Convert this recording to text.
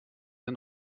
den